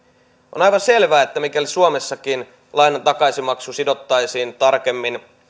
on aivan selvää että mikäli suomessakin lainan takaisinmaksu sidottaisiin tarkemmin